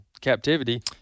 captivity